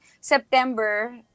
September